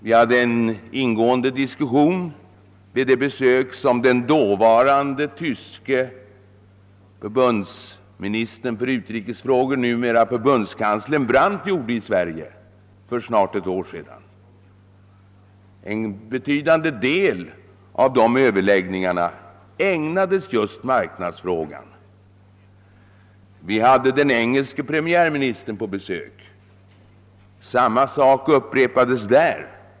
Vi hade en ingående diskussion vid det besök som den dåvarande tyske förbundsministern för utrikesfrågor, nuvarande förbundskanslern Brandt, gjorde i Sverige för snart ett år sedan. En betydande del av dessa överläggningar ägnades just mark nadsfrågan. Vi hade den engelska premiärministern på besök, och samma sak upprepades.